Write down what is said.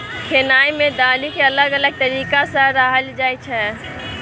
खेनाइ मे दालि केँ अलग अलग तरीका सँ रान्हल जाइ छै